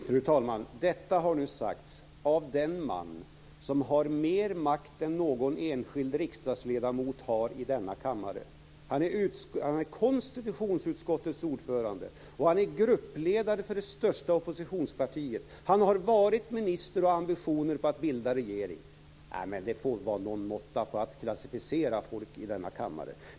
Fru talman! Detta har nu sagts av den man som har mer makt än någon enskild riksdagsledamot i denna kammare har. Han är konstitutionsutskottets ordförande och han är gruppledare för det största oppositionspartiet. Han har varit minister och har ambitioner att bilda regering. Det får vara någon måtta med att klassificera folk i denna kammare.